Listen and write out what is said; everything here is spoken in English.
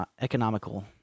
economical